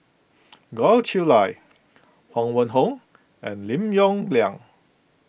Goh Chiew Lye Huang Wenhong and Lim Yong Liang